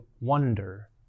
wonder